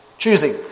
choosing